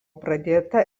pradėta